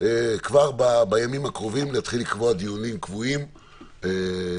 וכבר בימים הקרובים נתחיל לקבוע דיונים קבועים בנוגע לחוק.